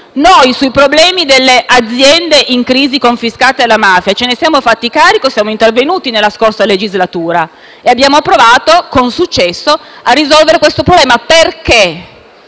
Noi dei problemi delle aziende in crisi confiscate alla mafia ce ne siamo fatti carico. Siamo intervenuti nella scorsa legislatura e abbiamo provato, con successo, a risolvere questo problema perché